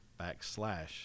backslash